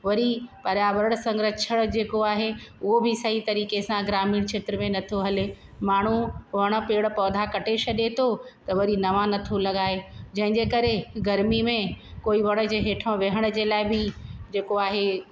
वरी पर्यावरण सां संरक्षण जेको आहे उहो बि सही तरीक़े सां ग्रामीण खेत्र में नथो हले माण्हू वणु पेड़ पौधा कटे छॾे थो त वरी नवां नथो लॻाए जंहिंजे करे गर्मी में कोई वण जे हेठो विहण जे लाइ बि जेको आहे